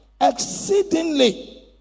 exceedingly